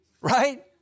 right